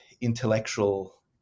intellectual